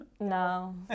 No